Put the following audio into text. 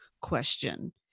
question